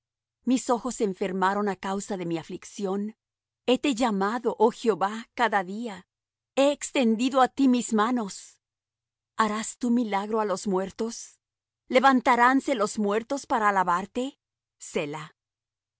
mis ojos enfermaron á causa de mi aflicción hete llamado oh jehová cada día he extendido á ti mis manos harás tú milagro á los muertos levantaránse los muertos para alabarte